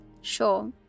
Sure